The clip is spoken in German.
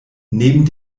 neben